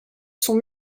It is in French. sont